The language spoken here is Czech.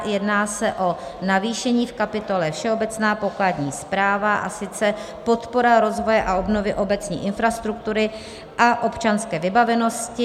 Jedná se o navýšení v kapitole Všeobecná pokladní správa, a sice podpora rozvoje a obnovy obecní infrastruktury a občanské vybavenosti.